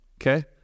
Okay